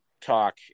talk